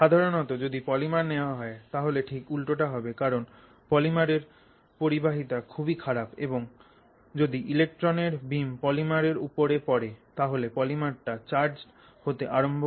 সাধারণত যদি পলিমার নেওয়া হয় তাহলে ঠিক উল্টোটা হবে কারণ পলিমারের পরিবাহিতা খুবই খারাপ এবং যদি ইলেক্ট্রন এর বিম পলিমারের ওপর পড়ে তাহলে পলিমারটা চার্জড হতে আরম্ভ করে